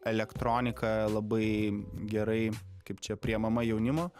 elektronika labai gerai kaip čia priimama jaunimo